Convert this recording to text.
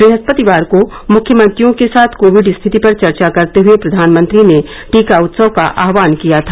ब्रहस्पतिवार को मुख्यमंत्रियों के साथ कोविड स्थिति पर चर्चा करते हए प्रधानमंत्री ने टीका उत्सव का आह्वान किया था